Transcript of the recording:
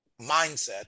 mindset